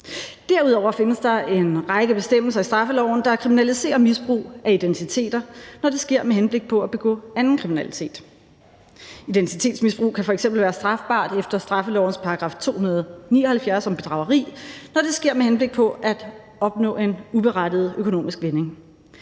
Derudover findes der en række bestemmelser i straffeloven, der kriminaliserer misbrug af identiteter, når det sker med henblik på at begå anden kriminalitet. Identitetsmisbrug kan f.eks. være strafbart efter straffelovens § 279 om bedrageri, når det sker med henblik på at opnå en uberettiget økonomisk vinding.